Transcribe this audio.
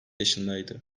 yaşındaydı